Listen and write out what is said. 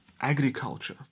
agriculture